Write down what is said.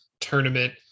tournament